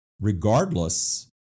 regardless